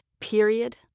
period